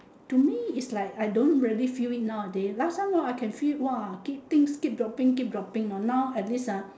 to me is like I don't really feel it nowaday last time you know I can feel it !wah! keep things keep dropping keep dropping you know now at least ah